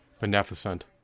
beneficent